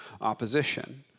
opposition